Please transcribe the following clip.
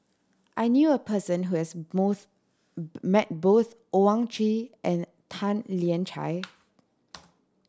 I knew a person who has met both Owyang Chi and Tan Lian Chye